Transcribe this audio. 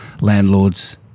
landlords